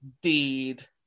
Deed